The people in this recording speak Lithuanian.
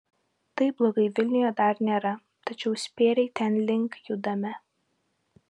taip blogai vilniuje dar nėra tačiau spėriai tenlink judame